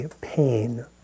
pain